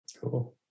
Cool